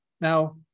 Now